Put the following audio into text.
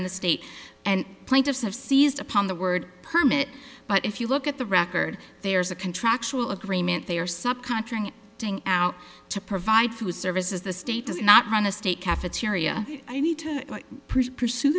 the state and plaintiffs have seized upon the word permit but if you look at the record there is a contractual agreement they are subcontract out to provide food services the state does not run a state cafeteria i need to pursue